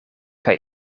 kaj